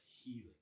healing